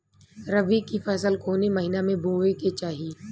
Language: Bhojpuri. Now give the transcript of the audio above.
रबी की फसल कौने महिना में बोवे के चाही?